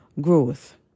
growth